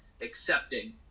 accepting